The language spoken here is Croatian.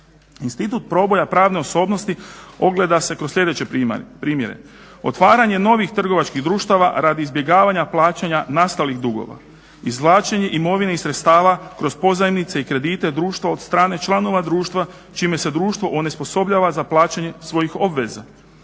Institut proboja pravne osobnosti ogleda se kroz sljedeće primjere – otvaranje novih trgovačkih društava radi izbjegavanja plaćanja nastalih dugova, izvlačenje imovine i sredstava kroz pozajmice i kredite društva od strane članova društva čime se društvo onesposobljava za plaćanje svojih obveza,